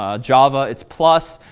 ah java it's plus.